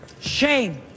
Shame